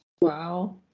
Wow